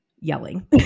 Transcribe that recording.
yelling